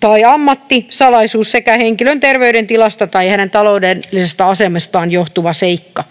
tai ammattisalaisuus sekä henkilön terveydentilasta tai hänen taloudellisesta asemastaan johtuva seikka,